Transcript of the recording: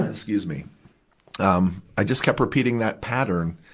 excuse me um, i just kept repeating that pattern.